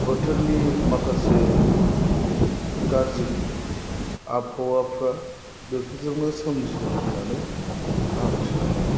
बोथोरनि माखासे गाज्रि आबहावाफ्रा बेफोरजोंनो सोमजिदों होननानै आं सानो